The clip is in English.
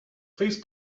please